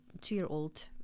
two-year-old